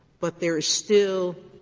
but there is still